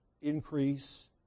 increase